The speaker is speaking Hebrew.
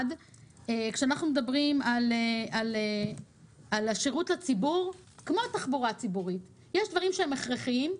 כשמדברים על השירות לציבור יש דברים שהם הכרחיים.